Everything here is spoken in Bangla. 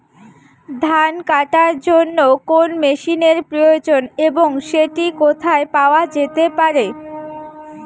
ধান কাটার জন্য কোন মেশিনের প্রয়োজন এবং সেটি কোথায় পাওয়া যেতে পারে?